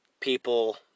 people